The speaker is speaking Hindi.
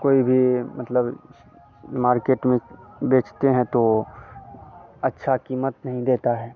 कोई भी मतलब मार्केट में बेचते हैं तो अच्छा कीमत नहीं देता है